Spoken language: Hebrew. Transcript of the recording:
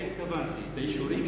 לזה התכוונתי, לאישורים.